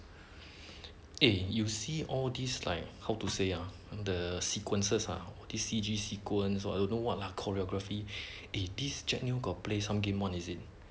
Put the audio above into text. eh you see all these like how to say ah the sequences ah the C_G sequence or I don't know what lah choreography eh these jack neo got play some game one is it